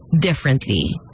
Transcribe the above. differently